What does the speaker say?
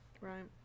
Right